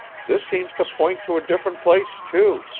this seems to point to a different place, too,